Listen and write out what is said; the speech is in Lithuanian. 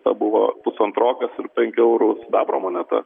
tada buvo pusantrokas ir penkų eurų sidabro moneta